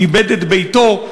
איבד את ביתו,